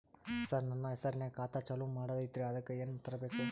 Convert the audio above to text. ಸರ, ನನ್ನ ಹೆಸರ್ನಾಗ ಖಾತಾ ಚಾಲು ಮಾಡದೈತ್ರೀ ಅದಕ ಏನನ ತರಬೇಕ?